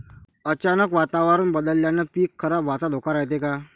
अचानक वातावरण बदलल्यानं पीक खराब व्हाचा धोका रायते का?